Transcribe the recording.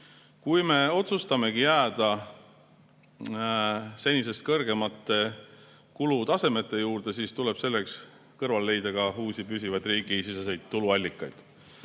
Kui me otsustamegi jääda senisest kõrgema kulutaseme juurde, siis tuleb selle kõrvale leida ka uusi püsivaid riigisiseseid tuluallikaid.